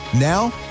Now